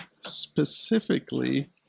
specifically